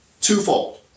twofold